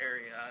area